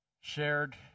shared